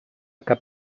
cap